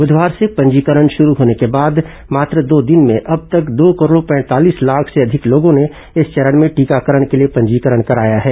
बुधवार से पंजीकरण शुरू होने के बाद मात्र दो दिन में अब तक दो करोड़ पैंतालीस लाख से अधिक लोगों ने इस चरण में टीकाकरण के लिए पंजीकरण कराया है